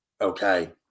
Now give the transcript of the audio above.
Okay